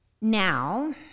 Now